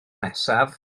nesaf